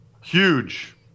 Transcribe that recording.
Huge